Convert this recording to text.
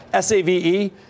SAVE